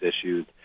issues